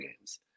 games